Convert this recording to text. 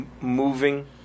moving